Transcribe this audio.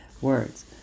words